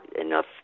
enough